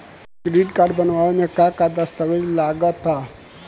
Credit card बनवावे म का का दस्तावेज लगा ता?